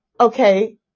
Okay